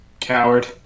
Coward